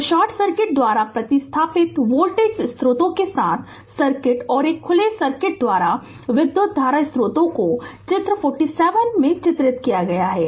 तो short circuit द्वारा प्रतिस्थापित वोल्टेज स्रोतों के साथ सर्किट और एक खुले सर्किट द्वारा विधुत धारा स्रोतों को चित्र 47 चित्रित किया है